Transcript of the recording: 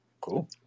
Cool